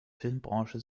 filmbranche